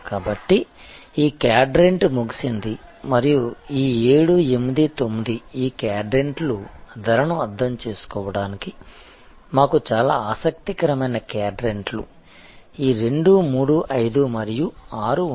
కాబట్టి ఈ క్వాడ్రంట్ ముగిసింది మరియు ఈ 7 8 9 ఈ క్వాడ్రాంట్లు ధరను అర్థం చేసుకోవడానికి మాకు చాలా ఆసక్తికరమైన క్వాడ్రాంట్లు ఈ 2 3 5 మరియు 6 ఉంటుంది